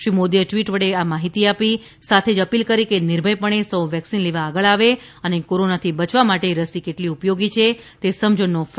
શ્રી મોદીએ ટ્વીટ વડે આ માહિતી આપી છે અને સાથે અપીલ પણ કરી છે કે નિર્ભયપણે સૌ વેક્સિન લેવા આગળ આવે અને કોરોનાથી બચવા માટે રસી કેટલી ઉપયોગી છે તે સમજણનો ફેલાવો પણ કરે